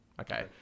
Okay